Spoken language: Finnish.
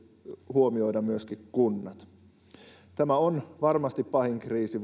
huomioida myöskin kunnat tämä on varmasti vuosikymmeniin pahin kriisi